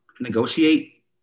negotiate